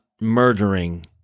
murdering